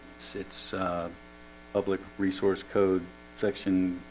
it's it's public resource code section